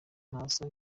ntasa